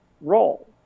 role